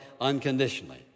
unconditionally